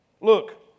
Look